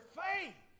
faith